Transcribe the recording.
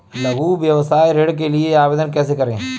लघु व्यवसाय ऋण के लिए आवेदन कैसे करें?